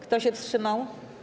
Kto się wstrzymał?